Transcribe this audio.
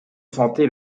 santé